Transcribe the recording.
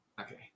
okay